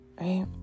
Right